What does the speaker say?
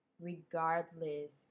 regardless